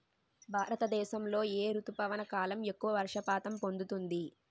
భారతదేశంలో ఏ రుతుపవన కాలం ఎక్కువ వర్షపాతం పొందుతుంది?